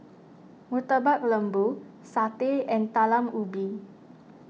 Murtabak Lembu Satay and Talam Ubi